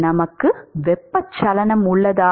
நமக்கு வெப்பச்சலனம் உள்ளதா